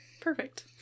Perfect